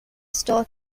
store